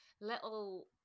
little